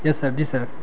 یس sir جی سر